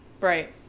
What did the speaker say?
Right